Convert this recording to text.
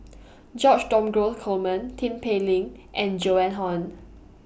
George Dromgold Coleman Tin Pei Ling and Joan Hon